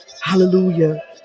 hallelujah